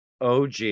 OG